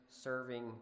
serving